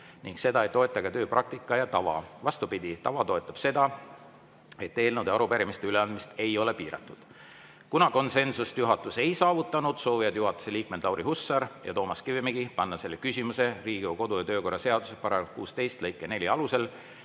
ning seda ei toeta ka tööpraktika ja tava. Vastupidi, tava toetab seda, et eelnõude ja arupärimiste üleandmine ei ole piiratud. Kuna konsensust juhatus ei saavutanud, soovivad juhatuse liikmed Lauri Hussar ja Toomas Kivimägi panna selle küsimuse Riigikogu kodu‑ ja töökorra seaduse § 16 lõike 4 alusel